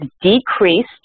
decreased